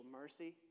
mercy